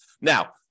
Now